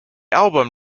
album